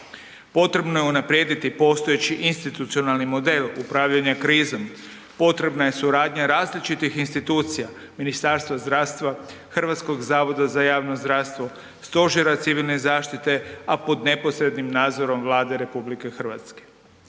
Potrebno je unaprijediti postojeći institucionalni model upravljanja krizom, potrebna je suradnja različitih institucija, Ministarstva zdravstva, HZJZ-a, stožera civilne zaštite, a pod neposrednim nadzorom Vlade RH.